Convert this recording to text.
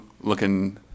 looking